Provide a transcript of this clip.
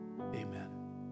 amen